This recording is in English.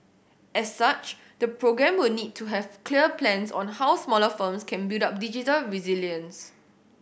as such the programme will need to have clear plans on how smaller firms can build up digital resilience